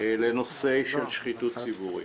לנושא של שחיתות ציבורית.